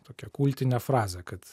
tokią kultinę frazę kad